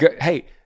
Hey